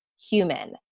human